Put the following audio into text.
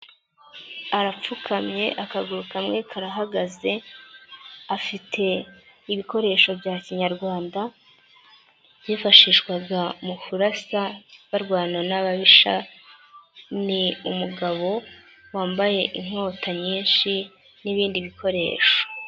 Arapfukamye akaguru kamwe karahagaze afite ibikoresho bya kinyarwanda byifashishwaga mu kurasa barwana n'ababisha, ni umugabo wambaye inkota nyinshi n'ibindi bikoresho.